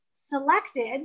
selected